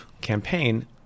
campaign